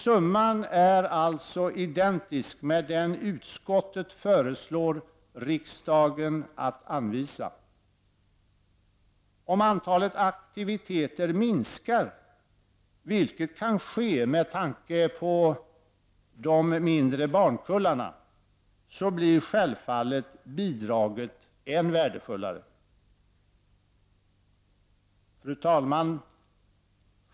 Summan är alltså identisk med den utskottet förslår riksdagen att anvisa. Om antalet aktiviteter minskar, vilket kan ske med tanke på de mindre barnkullarna, blir självfallet bidraget än värdefullare. Fru talman!